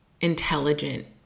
intelligent